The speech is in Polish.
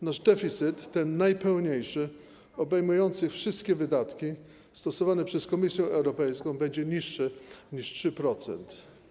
Nasz deficyt, ten najpełniejszy, czyli obejmujący wszystkie wydatki, stosowany przez Komisję Europejską, będzie niższy niż 3%.